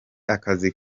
akazi